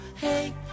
hey